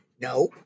no